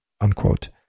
unquote